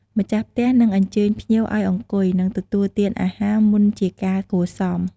ម្ចាស់ផ្ទះនឹងអញ្ជើញភ្ញៀវឱ្យអង្គុយ និងទទួលទានអាហារមុនជាការគួរសម។